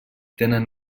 tenen